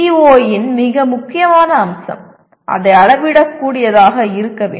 CO இன் மிக முக்கியமான அம்சம் அதை அளவிடக்கூடியதாக இருக்க வேண்டும்